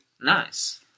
Nice